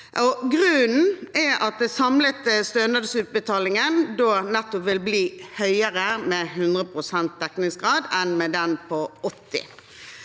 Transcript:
Grunnen er at den samlede stønadsutbetalingen vil bli høyere med 100 pst. dekningsgrad enn med den på 80